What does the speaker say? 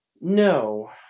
No